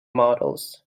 models